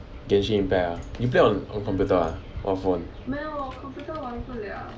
genshin impact ah you play on computer ah or phone